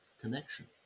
connection